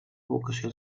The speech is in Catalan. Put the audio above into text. vocació